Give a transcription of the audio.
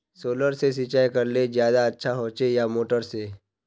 Solar से सिंचाई करले ज्यादा अच्छा होचे या मोटर से?